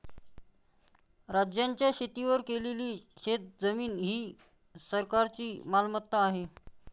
राज्याच्या शेतीवर केलेली शेतजमीन ही सरकारची मालमत्ता आहे